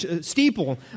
steeple